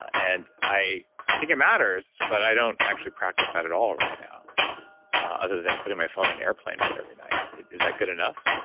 and i i think it matters but i don't actually practice that at all right now other than putting my phone in airplane mode every night. is that good enough?